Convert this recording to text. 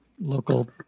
local